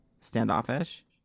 standoffish